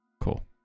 Cool